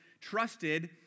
trusted